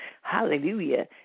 hallelujah